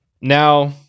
Now